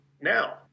now